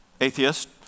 atheist